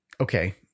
Okay